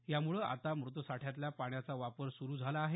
यामुळे आता मुतसाठ्यातल्या पाण्याचा वापर सुरू झाला आहे